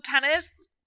tennis